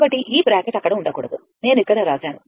కాబట్టి ఈ బ్రాకెట్ అక్కడ ఉండకూడదు నేను ఇక్కడ వ్రాశాను